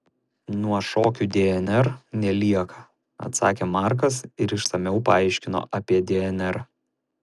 nuo šokių dnr nelieka atsakė markas ir išsamiau paaiškino apie dnr